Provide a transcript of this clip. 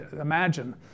Imagine